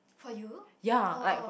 for you oh oh